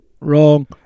Wrong